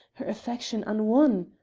her affection unwon?